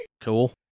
Cool